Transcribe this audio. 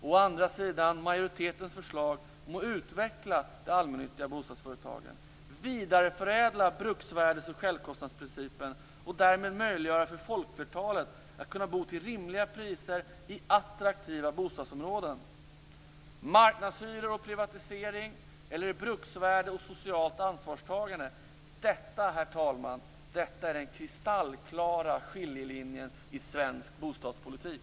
Å andra sidan finns majoritetens förslag om att utveckla de allmännyttiga bostadsföretagen och vidareförädla bruksvärdes och självkostnadsprincipen och därmed möjliggöra för folkflertalet att kunna bo till rimliga priser i attraktiva områden. Marknadshyror och privatisering eller bruksvärde och socialt ansvarstagande - detta, herr talman, är den kristallklara skiljelinjen i svensk bostadspolitik.